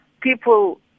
people